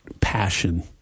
passion